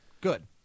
Good